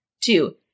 Two